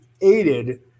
aided